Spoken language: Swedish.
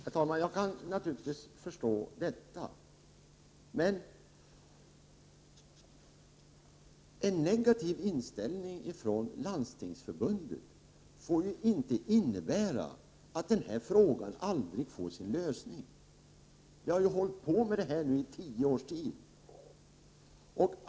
Herr talman! Jag kan naturligtvis förstå detta, men en negativ inställning från Landstingsförbundet får inte innebära att detta problem aldrig får sin lösning. Vi har ju arbetat med den här frågan under tio års tid.